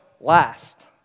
last